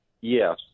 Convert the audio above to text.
Yes